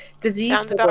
disease